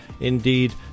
Indeed